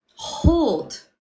hold